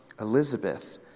Elizabeth